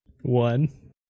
one